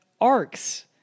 arcs